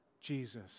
Jesus